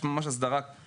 יש ממש הסדרה של זה.